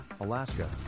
Alaska